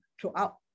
throughout